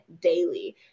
daily